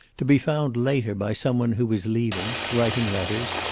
to be found later by some one who was leaving, writing letters,